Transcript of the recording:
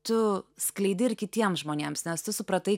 tu skleidi ir kitiems žmonėms nes tu supratai